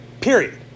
Period